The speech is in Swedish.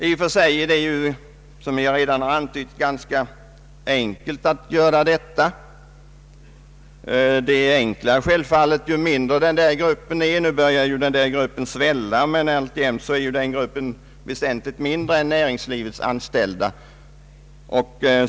I och för sig är det, som jag redan antytt, ganska enkelt att åstadkomma jämlikhet inom denna sektor. Det är självfallet enklare ju mindre grupp det gäller. Nu börjar visserligen den allmänna gruppen att svälla, men den är ändå väsentligt mindre än näringslivets sektor.